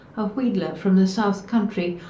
a wheedler from the south country,